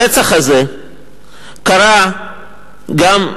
הרצח הזה קרה גם,